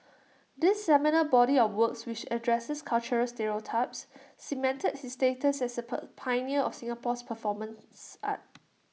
this seminal body of works which addresses cultural stereotypes cemented his status as A per pioneer of Singapore's performance art